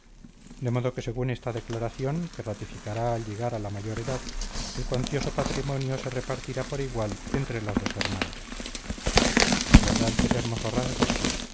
de modo que según esta declaración que ratificará al llegar a la mayor edad el cuantioso patrimonio se repartirá por igual entre las dos hermanas verdad que es hermoso rasgo